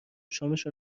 شامشو